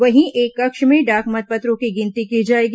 वहीं एक कक्ष में डाक मतपत्रों की गिनती की जाएगी